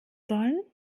sollen